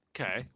okay